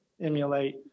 emulate